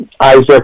Isaac